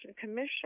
commission